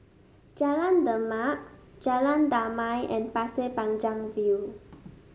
Jalan Demak Jalan Damai and Pasir Panjang View